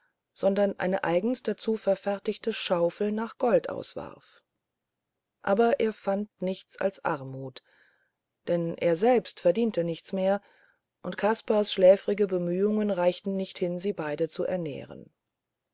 sondern eine eigends dazu verfertigte schaufel nach gold auswarf aber er fand nichts als armut denn er selbst verdiente nichts mehr und kaspars schläfrige bemühungen reichten nicht hin sie beide zu ernähren